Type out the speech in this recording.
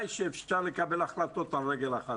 שלום לכולם.